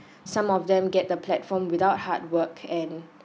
some of them get the platform without hard work and